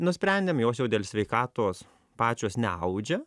nusprendėm jos jau dėl sveikatos pačios neaudžia